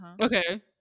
okay